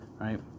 right